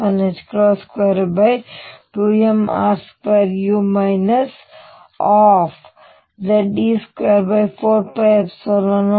ನಾವು r a x ಬರೆಯೋಣ